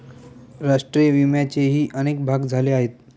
राष्ट्रीय विम्याचेही अनेक भाग झाले आहेत